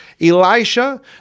Elisha